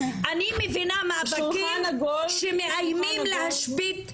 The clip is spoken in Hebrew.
אני מבינה מאבקים שמאיימים להשבית עבודה.